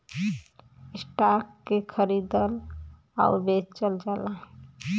stock के खरीदल आउर बेचल जाला